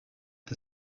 the